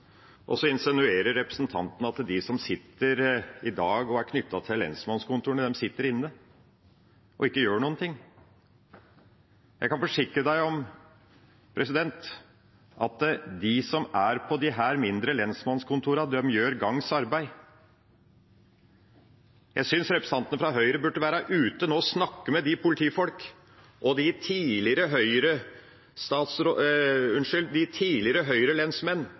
og er knyttet til lensmannskontorene, sitter inne og ikke gjør noen ting. Jeg kan forsikre om at de som er på disse mindre lensmannskontorene, gjør gagns arbeid. Jeg synes representantene fra Høyre nå burde ut og snakke med de politifolkene og tidligere Høyre-lensmenn – jeg understreker: tidligere Høyre-lensmenn – som vi i Senterpartiet nå møter stadig flere av. De